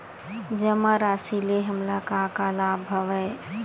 जमा राशि ले हमला का का लाभ हवय?